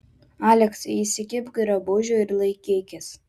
aleksai įsikibk drabužių ir laikykis